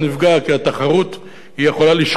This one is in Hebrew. כי התחרות יכולה לשחוק אותו,